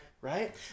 Right